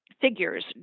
figures